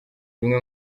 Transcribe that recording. imwe